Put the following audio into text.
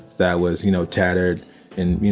that was, you know, tattered and, you